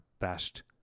best